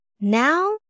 Now